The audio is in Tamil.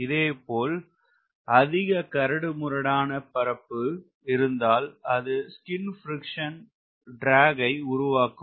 இதே போல் அதிக கரடு முரடான பரப்பு இருந்தால் அது ஸ்கின் பிரிக்சன் ட்ராக் ஐ உருவாக்கும்